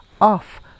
off